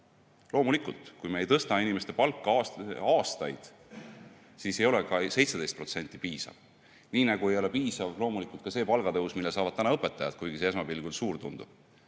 7,2%.Loomulikult, kui me ei tõsta inimeste palka aastaid, siis ei ole ka 17% piisav. Nii nagu ei ole piisav see palgatõus, mille saavad täna õpetajad, kuigi see esmapilgul tundub